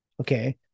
Okay